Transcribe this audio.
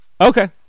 Okay